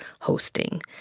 hosting